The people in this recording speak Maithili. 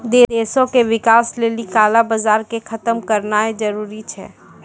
देशो के विकास लेली काला बजार के खतम करनाय जरूरी छै